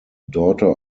daughter